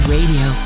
Radio